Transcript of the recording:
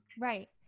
Right